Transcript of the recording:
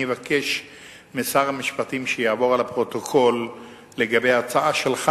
אני אבקש משר המשפטים שיעבור על הפרוטוקול לגבי ההצעה שלך,